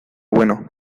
bueno